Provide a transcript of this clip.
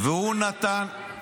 אבל אין להם אישורי בנייה,